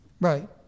Right